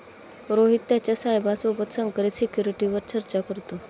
रोहित त्याच्या साहेबा सोबत संकरित सिक्युरिटीवर चर्चा करतो